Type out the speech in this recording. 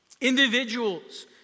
individuals